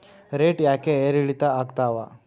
Rate ಯಾಕೆ ಏರಿಳಿತ ಆಗ್ತಾವ?